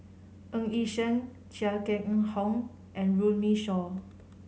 Ng Yi Sheng Chia Keng Ng Hock and Runme Shaw